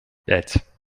пять